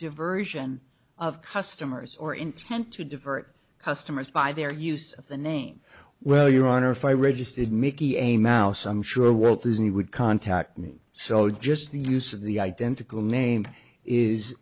diversion of customers or intent to divert customers by their use of the name well your honor if i registered mickey a mouse i'm sure world disney would contact me so just the use of the identical name is